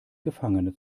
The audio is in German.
gefangene